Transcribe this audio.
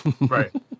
Right